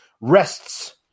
rests